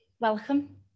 Welcome